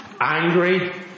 Angry